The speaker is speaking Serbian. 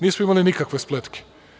Nismo imali nikakve spletke.